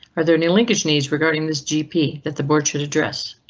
are there any linkage needs regarding this gp that the board should address?